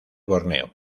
borneo